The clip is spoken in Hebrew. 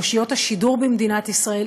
מאושיות השידור במדינת ישראל,